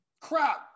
Crap